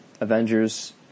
Avengers